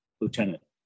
lieutenant